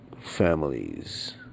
families